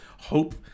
hope